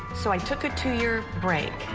so i took a two-year break,